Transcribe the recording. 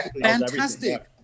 fantastic